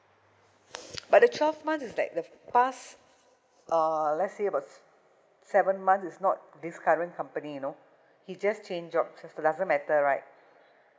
but the twelve months is like the past uh let's say about s~ seven months is not his current company you know he's just changed job so it doesn't matter right